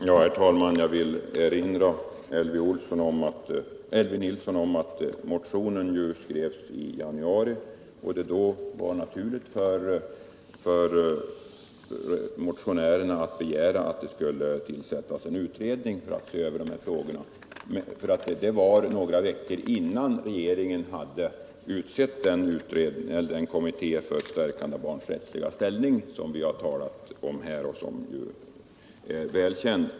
Herr talman! Jag vill erinra Elvy Nilsson om att motionen skrevs i januari och att det då var naturligt för motionärerna att begära en utredning för att se över de här frågorna. Det skedde några veckor innan regeringen hade utsett den kommitté för stärkande av barns rättsliga ställning som vi talat om och som ju är välkänd.